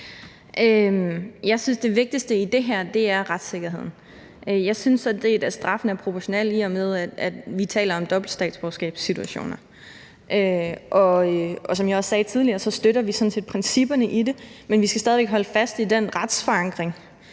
Jeg synes, det vigtigste i det her er retssikkerheden. Jeg synes sådan set, at straffen er proportional, i og med at vi taler om dobbeltstatsborgerskabssituationer. Og som jeg også sagde tidligere, støtter vi sådan set principperne i det, men vi skal stadig væk holde fast i den retsforankring,